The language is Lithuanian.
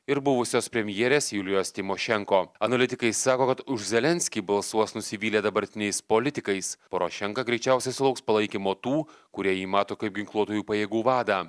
ir buvusios premjerės julijos tymošenko analitikai sako kad už zelenskį balsuos nusivylę dabartiniais politikais porošenka greičiausiai sulauks palaikymo tų kurie jį mato kaip ginkluotųjų pajėgų vadą